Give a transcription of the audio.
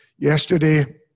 Yesterday